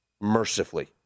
mercifully